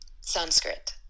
sanskrit